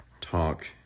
talk